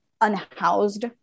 unhoused